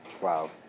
Wow